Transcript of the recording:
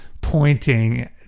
pointing